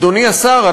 אדוני השר,